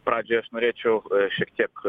pradžioj aš norėčiau šiek tiek